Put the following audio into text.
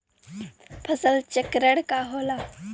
फसल चक्रण का होला?